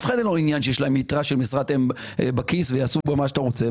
לאף אחד אין עניין שיש יתרה של משרת אם בכיס ויעשו בה מה שאתה רוצה.